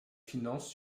finances